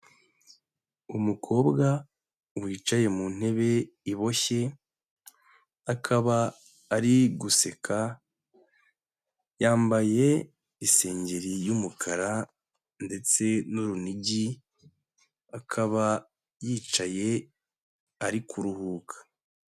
Umukobwa wicaye mu ntebe iboshye, akaba ari guseka, yambaye isengeri y'umukara ndetse n'urunigi, akaba yicaye ari kuruhuka.